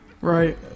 Right